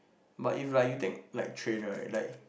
but if like you take like train right like